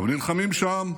אבל נלחמים שם,